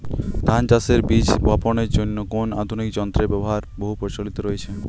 ধান চাষের বীজ বাপনের জন্য কোন আধুনিক যন্ত্রের ব্যাবহার বহু প্রচলিত হয়েছে?